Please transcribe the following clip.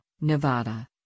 Nevada